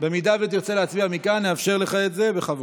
אם תרצה להצביע מכאן, נאפשר לך את זה, בכבוד.